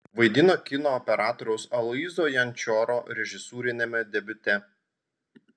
vaidino kino operatoriaus aloyzo jančioro režisūriniame debiute